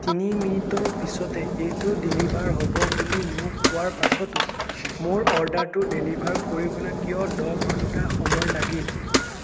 তিনি মিনিটৰ পিছতে এইটো ডেলিভাৰ হ'ব বুলি মোক কোৱাৰ পাছতো মোৰ অৰ্ডাৰটো ডেলিভাৰ কৰিবলৈ কিয় দহ ঘণ্টা সময় লাগিল